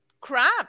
crap